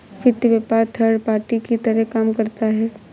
वित्त व्यापार third party की तरह काम करता है